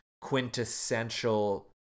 quintessential